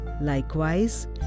Likewise